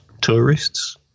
Tourists